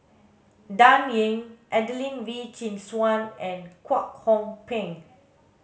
Dan Ying Adelene Wee Chin Suan and Kwek Hong Png